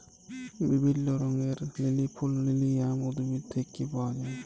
বিভিল্য রঙের লিলি ফুল লিলিয়াম উদ্ভিদ থেক্যে পাওয়া যায়